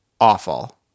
awful